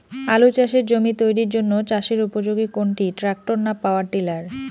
আলু চাষের জমি তৈরির জন্য চাষের উপযোগী কোনটি ট্রাক্টর না পাওয়ার টিলার?